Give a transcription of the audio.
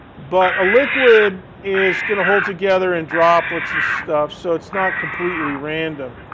but a liquid is going to hold together in droplets and stuff, so it's not completely random.